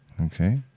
Okay